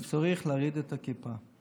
והוא צריך להוריד את הכיפה.